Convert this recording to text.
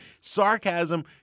sarcasm